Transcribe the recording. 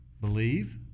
believe